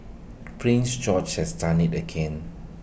prince George has done IT again